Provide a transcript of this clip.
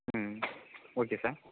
ம் okay sir